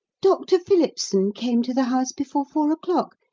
doctor phillipson came to the house before four o'clock,